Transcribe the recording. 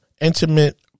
intimate